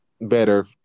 better